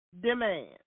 demand